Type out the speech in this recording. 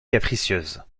capricieuse